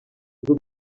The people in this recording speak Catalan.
grup